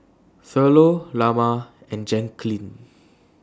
Thurlow Lamar and Jackeline